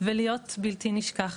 ולהיות בלתי נשכחת.